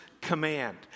command